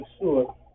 sure